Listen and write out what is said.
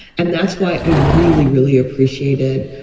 and that's why i really, really appreciated,